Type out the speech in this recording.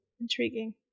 intriguing